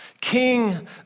King